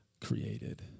created